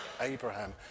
Abraham